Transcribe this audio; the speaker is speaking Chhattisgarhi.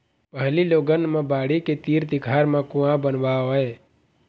पहिली लोगन मन बाड़ी के तीर तिखार म कुँआ बनवावय